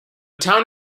town